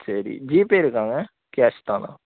சரி ஜிபே இருக்காங்க கேஷ்தானா